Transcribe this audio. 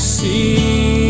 see